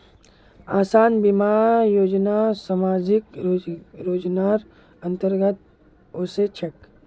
आसान बीमा योजना सामाजिक योजनार अंतर्गत ओसे छेक